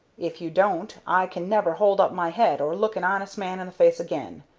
if you don't, i can never hold up my head or look an honest man in the face again.